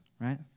right